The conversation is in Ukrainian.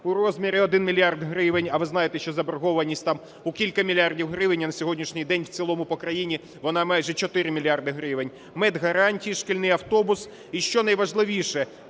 у розмірі 1 мільярд гривень. А ви знаєте, що заборгованість там у кілька мільярдів гривень є на сьогоднішній день, в цілому по країні вона майже 4 мільярди гривень. Медгарантії, шкільний автобус і що найважливіше